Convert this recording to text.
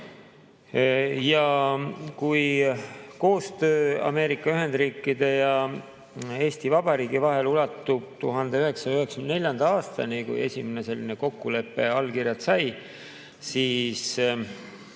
Kui koostöö Ameerika Ühendriikide ja Eesti Vabariigi vahel ulatub 1994. aastani, kui esimene selline kokkulepe allkirjad sai, siis